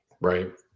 Right